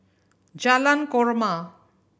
Jalan Korma